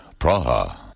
Praha